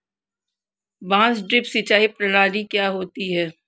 बांस ड्रिप सिंचाई प्रणाली क्या होती है?